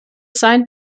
sein